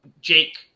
Jake